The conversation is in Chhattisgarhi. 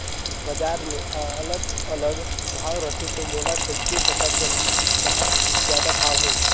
बजार मे अलग अलग भाव रथे, मोला कइसे पता चलही कि कहां जादा भाव हे?